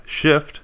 SHIFT